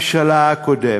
הממשלה הקודמת.